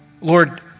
Lord